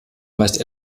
meist